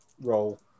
roll